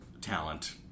talent